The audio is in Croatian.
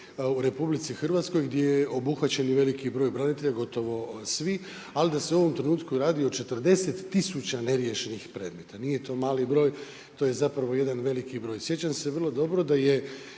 u RH gdje je obuhvaćen i veliki broj branitelja, gotovo svi, ali da se u ovom trenutku radi o 40 tisuća neriješenih predmeta. Nije to mali broj, to je jedan veliki broj. Sjećam se vrlo dobro da je